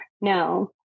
no